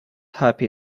happy